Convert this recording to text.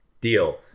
Deal